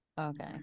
Okay